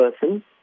person